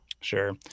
Sure